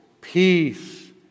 peace